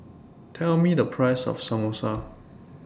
Tell Me The Price of Samosa